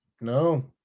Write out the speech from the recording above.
No